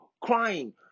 crying